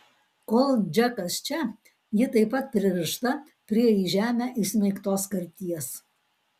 kol džekas čia ji taip pat pririšta prie į žemę įsmeigtos karties